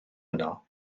yno